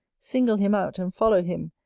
single him out, and follow him,